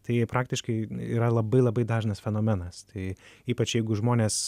tai praktiškai yra labai labai dažnas fenomenas tai ypač jeigu žmonės